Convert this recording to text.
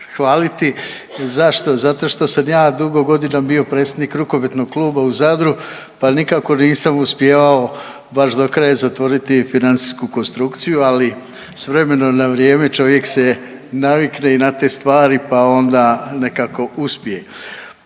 hvaliti, zašto? Zato što sam ja dugo godina bio predsjednik rukometnog kluba u Zadru pa nikako nisam uspijevao baš do kraja zatvoriti financijsku konstrukciju, ali s vremena na vrijeme čovjek se navikne i na te stvari pa onda nekako uspije.